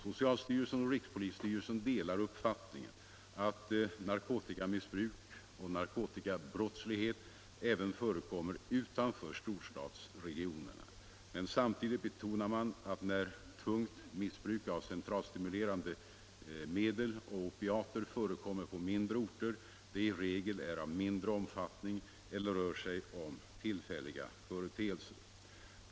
Socialstyrelsen och rikspolisstyrelsen delar uppfattningen att narkotikamissbruk och narkotikabrottslighet även förekommer utanför storstadsregionerna. Men samtidigt betonar man att när tungt missbruk av centralstimulerande medel och opiater förekommer på mindre orter det i regel är av mindre omfattning eller rör sig om tillfälliga företeelser.